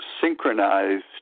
synchronized